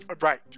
right